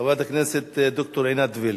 חברת הכנסת ד"ר עינת וילף.